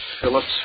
Phillips